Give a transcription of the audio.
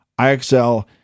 IXL